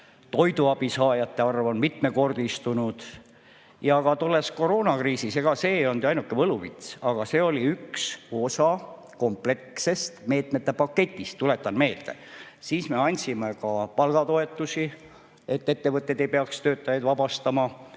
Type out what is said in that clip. toiduabisaajate arv on mitmekordistunud. Ka tolles koroonakriisis ei olnud see ju ainuke võluvits, see oli üks osa komplekssest meetmete paketist, tuletan meelde. Siis me andsime ka palgatoetusi, et ettevõtted ei peaks töötajaid vabastama.